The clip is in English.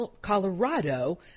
Colorado